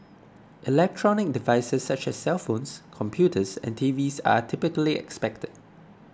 electronic devices such as cellphones computers and TVs are typically expected